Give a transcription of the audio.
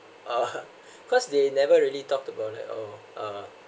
uh cause they never really talked about it oh uh